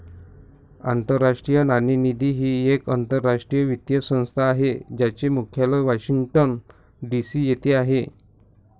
आंतरराष्ट्रीय नाणेनिधी ही एक आंतरराष्ट्रीय वित्तीय संस्था आहे ज्याचे मुख्यालय वॉशिंग्टन डी.सी येथे आहे